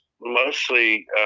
mostly